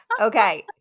Okay